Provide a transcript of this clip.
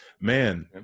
man